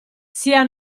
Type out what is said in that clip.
sia